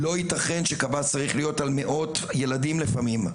לא יתכן שקב"ס צריך להיות על מאות ילדים לפעמים.